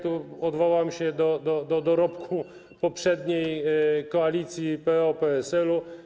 Tu odwołam się do dorobku poprzedniej koalicji PO-PSL.